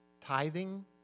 tithing